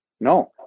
No